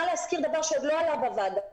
להזכיר דבר שעוד לא נאמר בוועדה.